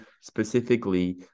specifically